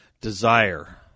desire